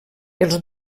els